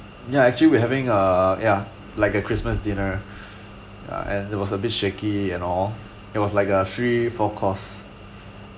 ya actually we're having a ya like a christmas dinner ya and it was a bit shaky and all it was like a three four course